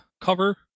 cover